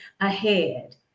ahead